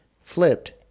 flipped